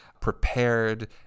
prepared